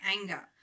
anger